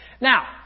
Now